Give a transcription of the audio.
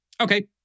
Okay